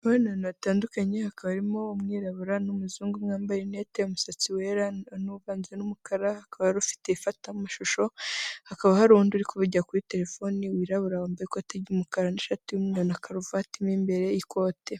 Murabona batandukanye, hakaba harimo umwira n'umuzungu umwe wambaye rinete, umusatsi wera uvanze n'umukara, hakaba hari ufite ifatamashusho, hakaba hari undi uri kuvugira kuri terefone, wirabura, wambaye ikote ry'umukara n'ishati y'umweru na karuvati mo imbere, ikote.